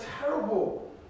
terrible